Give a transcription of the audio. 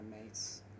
mates